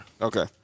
Okay